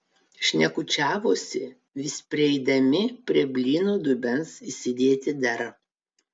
šnekučiavosi vis prieidami prie blynų dubens įsidėti dar